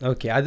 Okay